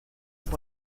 pour